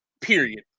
Period